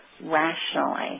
rationally